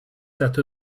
that